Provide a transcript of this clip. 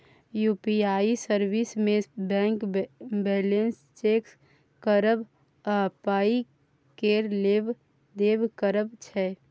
UPI service मे bank balance check करब आ पाइ केर लेब देब करब छै